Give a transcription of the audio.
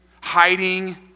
hiding